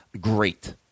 Great